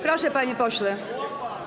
Proszę, panie pośle.